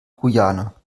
guyana